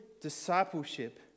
discipleship